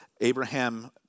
Abraham